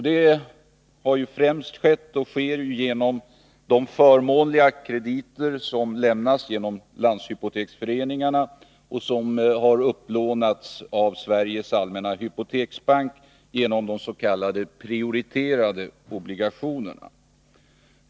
Detta har främst skett genom de förmånliga krediter som lämnas genom landshypoteksföreningarna och som upplånats av Sveriges allmänna hypoteksbank genom s.k. prioriterade obligationer.